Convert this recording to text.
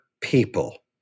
people